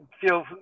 feel